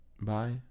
Bye